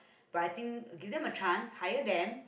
but I think give them a chance hire them